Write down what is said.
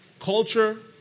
Culture